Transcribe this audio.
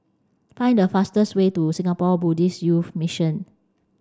find the fastest way to Singapore Buddhist Youth Mission